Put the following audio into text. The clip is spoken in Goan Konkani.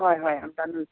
हय हय आमी तांदूळ विकता